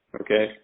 Okay